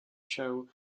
show